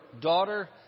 daughter